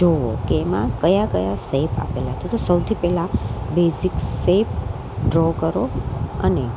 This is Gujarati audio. જોવો કે એમાં કયા કયા સેપ આપેલા તો સૌથી પહેલાં બેઝિક સેપ ડ્રો કરો અને